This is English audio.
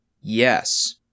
Yes